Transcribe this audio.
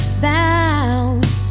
bound